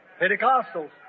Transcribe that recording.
Pentecostals